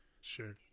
sure